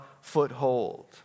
foothold